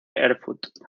erfurt